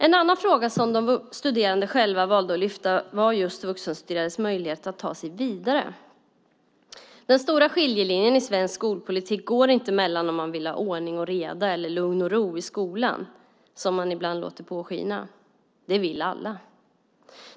En annan fråga som de studerande själva valde att lyfta fram gällde just vuxenstuderandes möjlighet att ta sig vidare. Den stora skiljelinjen i svensk skolpolitik handlar inte om huruvida människor vill ha ordning och reda eller lugn och ro i skolan, som man ibland låter påskina. Det vill alla.